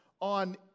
on